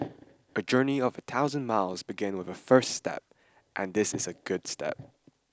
a journey of a thousand miles begins with a first step and this is a good step